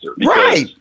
Right